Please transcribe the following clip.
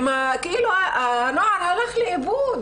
כאילו הנוער הולך לאיבוד.